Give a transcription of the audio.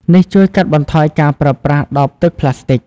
នេះជួយកាត់បន្ថយការប្រើប្រាស់ដបទឹកប្លាស្ទិក។